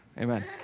Amen